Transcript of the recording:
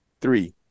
three